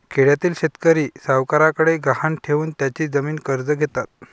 खेड्यातील शेतकरी सावकारांकडे गहाण ठेवून त्यांची जमीन कर्ज घेतात